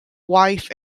wife